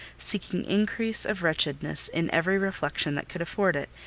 seeking increase of wretchedness in every reflection that could afford it,